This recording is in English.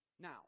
Now